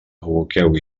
aboqueu